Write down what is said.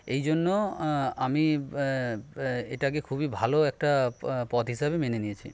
এইজন্য আমি এটাকে খুবই ভালো একটা পথ হিসাবে মেনে নিয়েছি